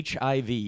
HIV